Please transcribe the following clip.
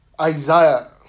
Isaiah